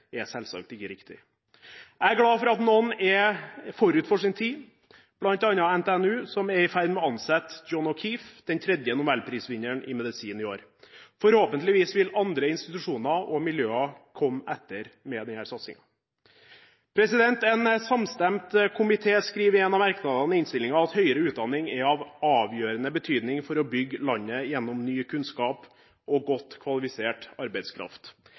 er selvsagt ikke riktig. Jeg er glad for at noen er forut for sin tid, bl.a. NTNU, som er i ferd med å ansette John O’Keefe, den tredje nobelprisvinneren i medisin i år. Forhåpentligvis vil andre institusjoner og miljøer komme etter med denne satsingen. En samstemt komité skriver i en av merknadene i innstillingen at «høyere utdanning er av avgjørende betydning for å bygge landet gjennom ny kunnskap og godt kvalifisert arbeidskraft».